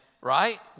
right